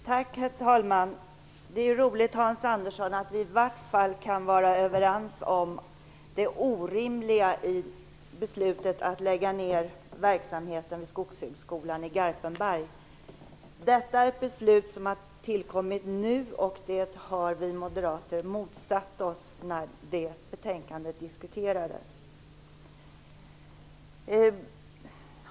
Herr talman! Det är roligt, Hans Andersson, att vi åtminstone kan vara överens om det orimliga i beslutet att lägga ner verksamheten vid Skogshögskolan i Garpenberg. Detta är ett beslut som har tillkommit nu, och det motsatte vi moderater oss när betänkandet i fråga diskuterades.